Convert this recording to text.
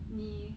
你